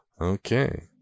Okay